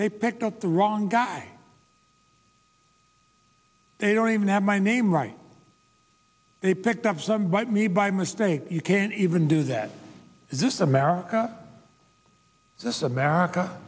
they picked up the wrong guy they don't even have my name right they picked up some bite me by mistake you can't even do that this is america this is america